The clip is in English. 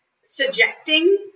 suggesting